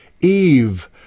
Eve